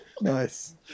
Nice